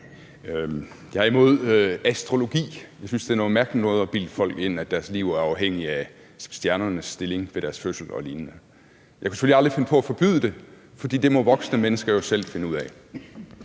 Jeg er imod astrologi. Jeg synes, det er noget mærkeligt noget at bilde folk ind, at deres liv er afhængige af stjernernes stilling ved deres fødsel og lignende. Jeg kunne selvfølgelig aldrig finde på at forbyde det, for det må voksne mennesker jo selv finde ud af.